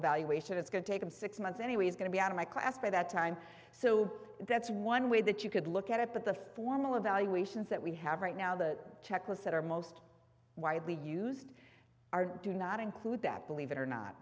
a valuation it's going to take them six months anyway is going to be out of my class by that time so that's one way that you could look at it but the formal evaluations that we have right now the checklist that are most widely used are do not include that believe it or not